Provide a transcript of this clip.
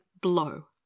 blow